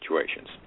situations